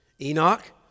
Enoch